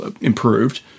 improved